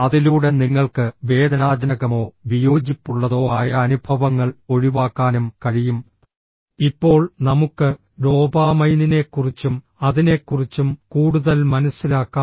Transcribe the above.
അതിലൂടെ നിങ്ങൾക്ക് വേദനാജനകമോ വിയോജിപ്പുള്ളതോ ആയ അനുഭവങ്ങൾ ഒഴിവാക്കാനും കഴിയും ഇപ്പോൾ നമുക്ക് ഡോപാമൈനിനെക്കുറിച്ചും അതിനെക്കുറിച്ചും കൂടുതൽ മനസ്സിലാക്കാം